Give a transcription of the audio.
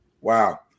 Wow